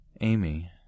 Amy